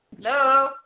Hello